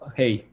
hey